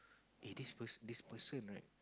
eh this per~ this person right